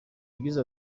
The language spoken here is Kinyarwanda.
yagize